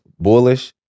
bullish